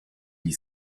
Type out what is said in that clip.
die